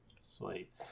sweet